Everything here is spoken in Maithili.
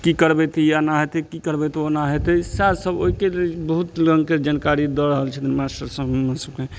की करबै तऽ ई एना हेतै की करबै तऽ ओना हेतै सएह सब ओहिके लेल बहुत रङ्गके जनकारी दऽ रहल छथिन मास्टर सब हमरा सबके